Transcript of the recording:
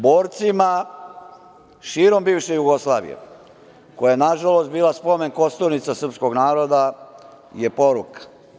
Borcima, širom bivše Jugoslavije, koja je nažalost bila spomen kosturnica srpskog naroda, je poruka.